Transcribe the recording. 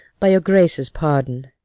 by your grace's pardon.